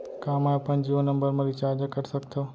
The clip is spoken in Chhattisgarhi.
का मैं अपन जीयो नंबर म रिचार्ज कर सकथव?